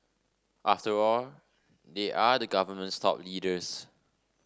after all they are the government's top leaders